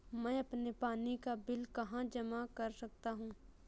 मैं अपने पानी का बिल कहाँ जमा कर सकता हूँ?